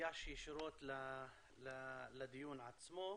ניגש לישירות לדיון עצמו.